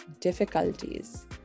difficulties